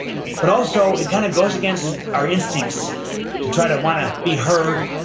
but also, it kind of goes against our instincts to try to wanna be heard,